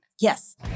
Yes